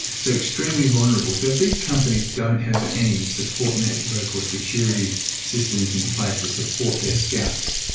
so extremely vulnerable. so if these companies don't have any support network or security systems in place to support their scouts,